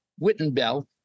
Wittenbell